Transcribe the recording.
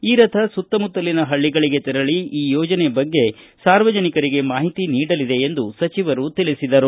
ಈ ರಥ ಸುತ್ತಮುತ್ತಲಿನಹಳ್ಳಿಗಳಿಗೆ ತೆರಳಿ ಈ ಯೋಜನೆ ಬಗ್ಗೆ ಸಾರ್ವಜನಿಕರಿಗೆ ಮಾಹಿತಿ ನೀಡಲಿದೆ ಎಂದು ಸಚಿವರು ತಿಳಿಸಿದರು